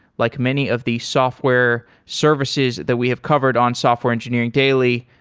like many of the software services that we have covered on software engineering daily,